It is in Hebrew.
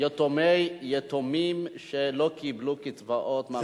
יתומים שלא קיבלו קצבאות.